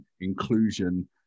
inclusion